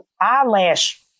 eyelash